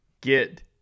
get